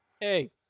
Hey